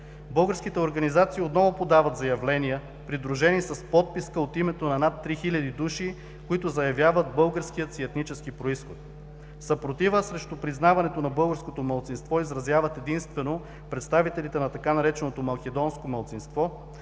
Българските организации отново подават заявления, придружени с подписка от името на над 3000 души, които заявяват българския си етнически произход. Съпротива срещу признаването на българско малцинство изразяват единствено представителите на така нареченото „македонско малцинство“,